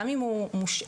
גם אם הוא מושעה,